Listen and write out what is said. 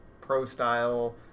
pro-style